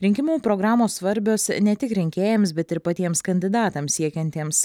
rinkimų programos svarbios ne tik rinkėjams bet ir patiems kandidatams siekiantiems